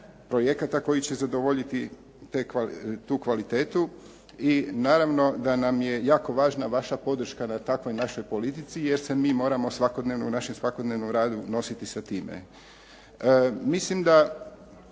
projekata koji će zadovoljiti tu kvalitetu i naravno da nam je jako važna vaša podrška na takvoj našoj politici, jer se mi moramo svakodnevno u našem svakodnevnom radu nositi sa time.